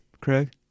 Craig